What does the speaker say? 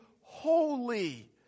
holy